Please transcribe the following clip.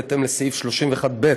בהתאם לסעיף 31(ב)